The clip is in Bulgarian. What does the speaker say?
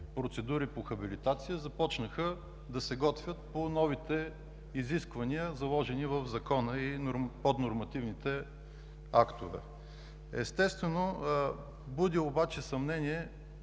процедури по хабилитация, започнаха да се готвят по новите изисквания, заложени в Закона и в поднормативните актове. Буди обаче съмнение